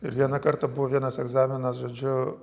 ir vieną kartą buvo vienas egzaminas žodžiu